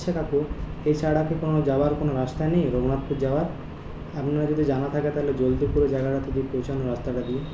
আচ্ছা কাকু এছাড়া কি কোনো যাওয়ার কি কোনো রাস্তা নেই রঘুনাথপুর যাওয়ার আপনারা যদি জানা থাকে তাহলে জলদি করে জায়গাটায় পৌঁছানোর রাস্তাটা দিন